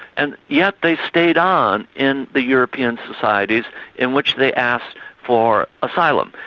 and yet they stayed on in the european societies in which they asked for asylum.